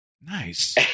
Nice